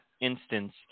instance